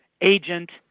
agent